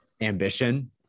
ambition